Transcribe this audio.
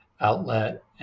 outlet